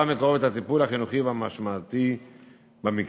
מקרוב את הטיפול החינוכי והמשמעתי במקרה.